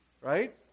right